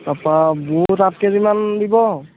তাৰপৰা বুট আঠ কেজি মান দিব